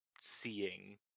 seeing